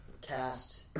cast